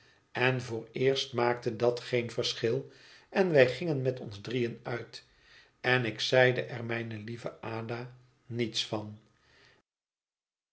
en vooreerst maakte dat geen verschil en wij gingen met ons drieën uit en ik zeide er mijne lieve ada niets van